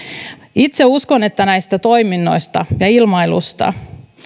itse uskon että näistä toiminnoista ja ilmailusta